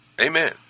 Amen